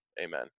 Amen